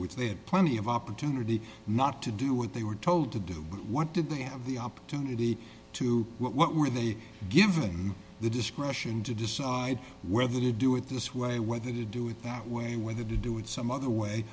which they had plenty of opportunity not to do with they were told to do what did they have the opportunity to what were they given the discretion to decide whether to do it this way whether to do with that way whether to do it some other way